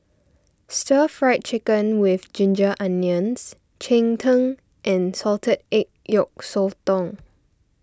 Stir Fried Chicken with Ginger Onions Cheng Tng and Salted Egg Yolk Sotong